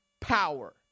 power